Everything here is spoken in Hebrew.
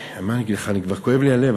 מה אני אגיד לך, אני, כבר כואב לי הלב.